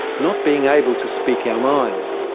not being able to speak our minds.